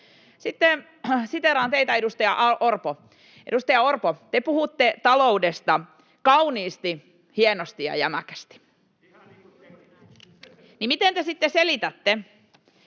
Sitten siteeraan teitä, edustaja Orpo. Edustaja Orpo, te puhutte taloudesta kauniisti, hienosti ja jämäkästi. [Ben Zyskowicz: